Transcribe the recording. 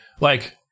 like-